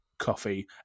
coffee